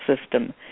system